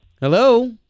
Hello